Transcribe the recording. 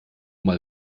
mal